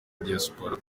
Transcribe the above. diaspora